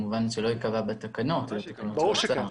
ברור שכן.